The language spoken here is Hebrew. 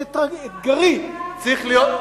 סליחה,